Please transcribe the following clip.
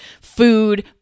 food